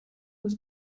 was